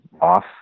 off